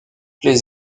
les